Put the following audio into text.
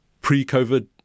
pre-COVID